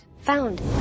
found